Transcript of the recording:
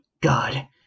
God